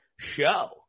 show